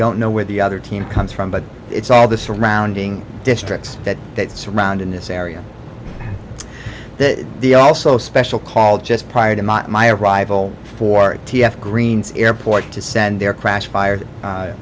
don't know where the other team comes from but it's all the surrounding districts that that surround in this area that the also special call just prior to my arrival for t f green's airport to send their crash fired